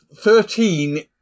Thirteen